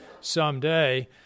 someday